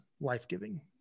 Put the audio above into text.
life-giving